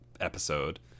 episode